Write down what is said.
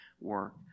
work